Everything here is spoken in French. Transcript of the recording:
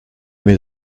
mes